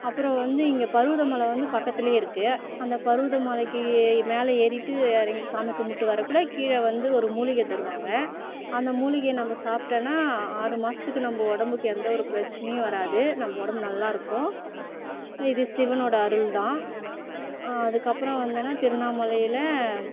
அப்பறம் வந்து இங்கே பருவதமலை வந்து பக்கத்திலேயே இருக்குது அந்த பருவத மலைக்கி மேலே ஏறிவிட்டு இறங்கி சாமி கும்பிட்டு வர்றதுக்குள்ள கீழே வந்து ஒரு மூலிகை தருவாங்க அந்த மூலிகையை நம்ம சாப்பிட்டோன்னா ஆறு மாதத்துக்கு நம்ம உடம்புக்கு எந்தவொரு பிரச்சனையும் வராது நம்ம உடம்பு நல்லா இருக்கும் இது சிவனோடய அருள் தான் அதுக்கப்பறம் வந்தோம்ன்னா திருண்ணாமலையில்